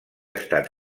estat